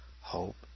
hope